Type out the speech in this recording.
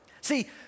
See